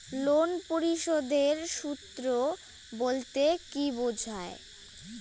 Loan পরিশোধের সূএ বলতে কি বোঝায়?